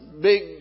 big